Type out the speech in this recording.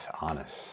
Honest